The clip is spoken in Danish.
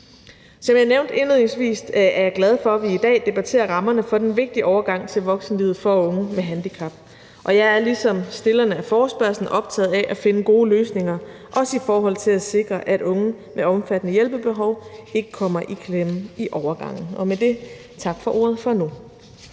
indledningsvis er jeg glad for, at vi i dag debatterer rammerne for den vigtige overgang til voksenlivet for unge med handicap. Og jeg er ligesom stillerne af forespørgslen optaget af at finde gode løsninger, også i forhold til at sikre, at unge med omfattende hjælpebehov ikke kommer i klemme i overgangen. Og med det vil jeg sige tak for ordet for nu.